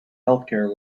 healthcare